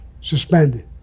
suspended